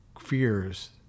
fears